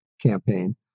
campaign